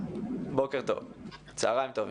צהריים טובים,